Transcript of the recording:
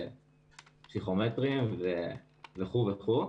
פסיכומטרי וכו'.